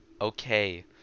okay